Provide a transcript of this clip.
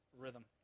rhythm